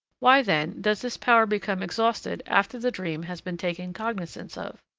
why, then, does this power become exhausted after the dream has been taken cognizance of?